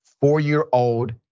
four-year-old